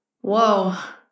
Whoa